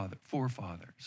forefathers